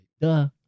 Duh